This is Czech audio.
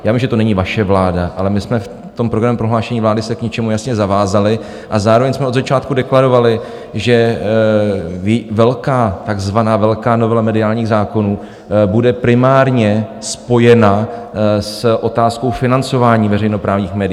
Já vím, že to není vaše vláda, ale my jsme se v tom programovém prohlášení vlády k něčemu jasně zavázali a zároveň jsme od začátku deklarovali, že velká, takzvaná velká novela mediálních zákonů bude primárně spojena s otázkou financování veřejnoprávních médií.